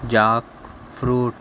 jack fruit